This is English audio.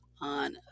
on